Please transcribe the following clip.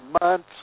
months